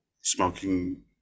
smoking